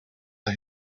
are